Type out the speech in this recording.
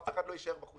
אף אחד לא יישאר בחוץ.